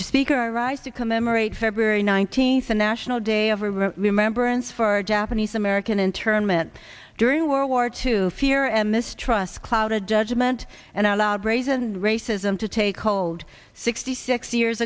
speaker i rise to commemorate february nineteenth a national day of remembrance for japanese american internment during world war two fear and mistrust clouded judgment and allowed brazen racism to take hold sixty six years